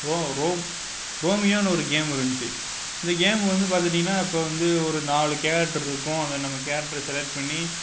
Rome ரோமியோன்னு ஒரு game இருந்துச்சு இந்த கேம் வந்து பார்த்துட்டீங்கன்னா இப்போது வந்து நாலு கேரக்டர் இருக்கும் அதை நாம் கேரக்டரை செலெக்ட் பண்ணி